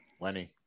Lenny